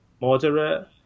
moderate